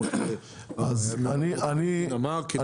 כמו שאמר גרשון.